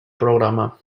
programa